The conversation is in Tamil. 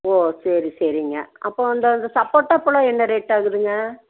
ஓ சரி சரிங்க அப்போது அந்த சப்போட்டா பழம் என்ன ரேட்டாகுதுங்க